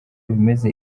bimeze